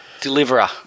deliverer